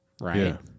right